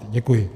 Děkuji.